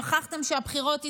שכחתם שהבחירות הסתיימו.